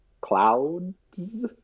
clouds